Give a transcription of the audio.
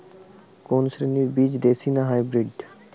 কোন শ্রেণীর বীজ দেশী না হাইব্রিড?